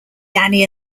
danny